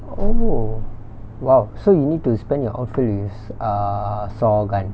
oh !wow! so you need to spend your outfield with uh saw gun